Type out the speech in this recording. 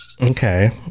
Okay